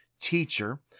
teacher